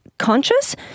conscious